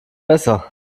besser